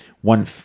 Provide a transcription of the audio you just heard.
one